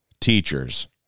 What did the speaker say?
teachers